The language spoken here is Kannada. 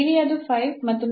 ಇಲ್ಲಿ ಅದು 5 ಮತ್ತು ನಂತರ ಇಲ್ಲಿ